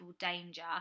danger